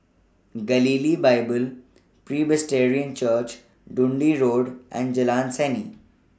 Galilee Bible Church Dundee Road and Jalan Seni